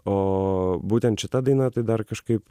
o būtent šita daina tai dar kažkaip